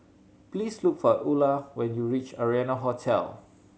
please look for Ula when you reach Arianna Hotel